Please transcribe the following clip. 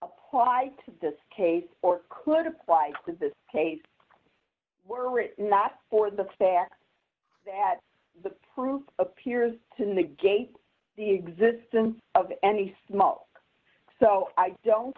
apply to this case or could apply to this case were it not for the fact that the proof appears to negate the existence of any smoke so i don't